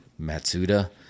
Matsuda